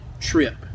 trip